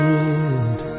end